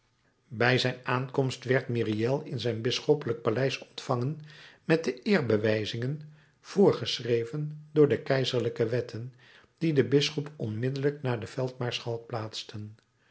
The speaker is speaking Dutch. bij zijn aankomst werd myriel in zijn bisschoppelijk paleis ontvangen met de eerbewijzingen voorgeschreven door de keizerlijke wetten die den bisschop onmiddellijk na den veldmaarschalk